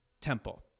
temple